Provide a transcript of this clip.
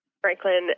Franklin